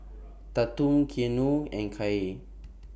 Tatum Keanu and Kaye